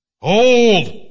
hold